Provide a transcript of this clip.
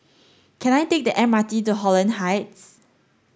can I take the M R T to Holland Heights